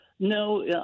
No